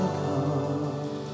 come